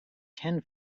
ten